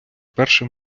першим